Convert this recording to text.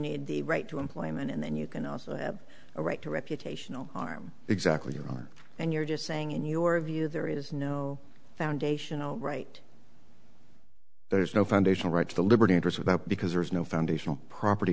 need the right to employment and then you can also have a right to reputational harm exactly your own and you're just saying in your view there is no foundation all right there is no foundational right to the liberty interest without because there is no foundational property